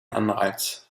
anreiz